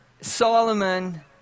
Solomon